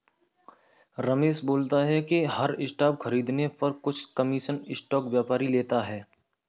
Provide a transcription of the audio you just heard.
रमेश बोलता है कि हर स्टॉक खरीदने पर कुछ कमीशन स्टॉक व्यापारी लेता है